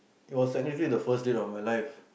it was technically the first date of my life